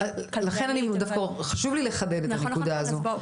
לכן דווקא חשוב לי לחדד את הנקודה הזאת.